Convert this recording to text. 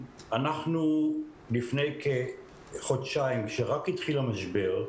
לפני כחודשיים, כשרק התחיל המשבר,